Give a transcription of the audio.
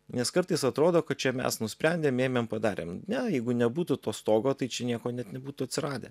nes kartais atrodo kad čia mes nusprendėm ėmėm padarėm ne jeigu nebūtų to stogo tai čia nieko net nebūtų atsiradę